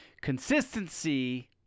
Consistency